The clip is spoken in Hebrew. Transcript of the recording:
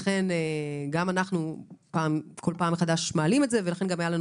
לכן גם אנחנו כל פעם מחדש מעלים את זה ולכן גם היה לנו